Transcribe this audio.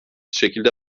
şekilde